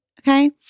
Okay